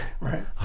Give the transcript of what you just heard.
right